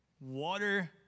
water